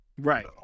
right